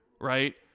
right